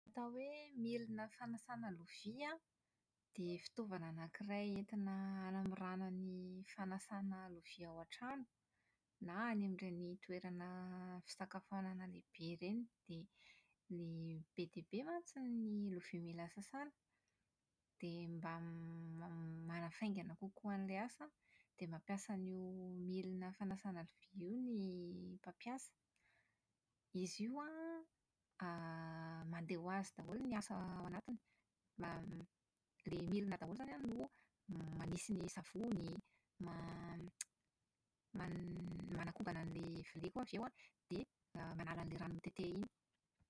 Ny atao hoe milina fanasana lovia an, dia fitaovana anankiray entina hanamorana ny fanasana lovia ao an-trano na eny amin'ireny toerana fisakafoanana lehibe ireny. Dia ilay be dia be mantsy ny lovia mila sasana, dia mba m-manafaingana kokoa an'ilay asa an, dia mampiasa an'io milina fanasana lovia io an ny mpampiasa. Izy io an > mandeha ho azy daholo an ny asa ao anatiny. Ilay milina daholo izany an no manisy ny savony, man- manakobana an'ilay lovia koa avy eo an, dia manala an'ilay rano mitete iny.